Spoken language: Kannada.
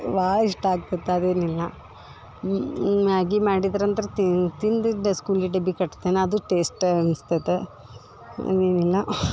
ಭಾಳ ಇಷ್ಟ ಆಗ್ತೈತ ಅದೇನಿಲ್ಲ ಮ್ಯಾಗಿ ಮಾಡಿದ್ರಂತ್ರು ತಿಂದಿದ್ದು ಸ್ಕೂಲ್ಗೆ ಡಬ್ಬಿ ಕಟ್ತೀನಿ ಅದು ಟೇಸ್ಟ್ ಅನಸ್ತೈತ ಹಾಗೇನಿಲ್ಲ